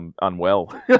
Unwell